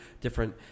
different